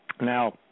Now